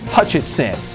Hutchinson